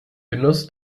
genuss